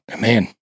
Man